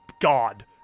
god